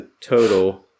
total